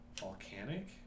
Volcanic